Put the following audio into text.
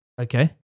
Okay